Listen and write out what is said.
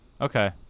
okay